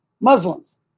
Muslims